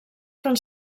fan